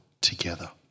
together